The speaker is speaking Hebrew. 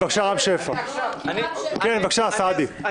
ארבל, אני